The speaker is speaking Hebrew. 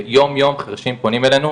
יום יום חרשים פונים אלינו,